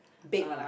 bake one lah